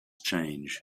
change